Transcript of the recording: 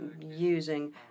using